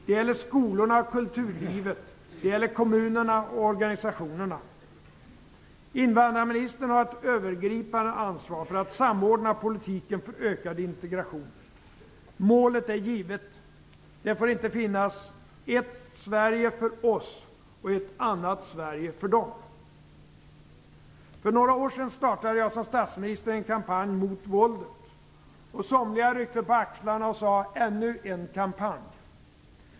Det gäller skolorna och kulturlivet. Det gäller kommunerna och organisationerna. Invandrarministern har ett övergripande ansvar för att samordna politiken för ökad integration. Målet är givet: Det får inte finnas ett Sverige för oss och ett annat Sverige för dem. För några år sedan startade jag som statsminister en kampanj mot våldet. Somliga ryckte på axlarna och sade: "Ännu en kampanj."